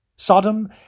Sodom